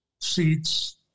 seats